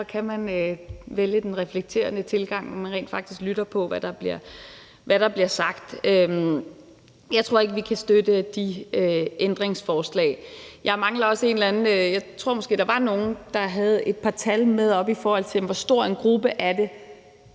kan man vælge den reflekterende tilgang, hvor man rent faktisk lytter til, hvad der bliver sagt. Jeg tror ikke, vi kan støtte de ændringsforslag. Jeg tror måske, der var nogle, der havde et par tal med op, i forhold til hvor stor en gruppe det